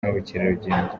n’ubukerarugendo